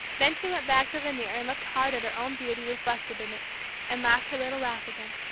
then she went back to the mirror and looked hard at her own beauty reflected in it and laughed her little laugh again.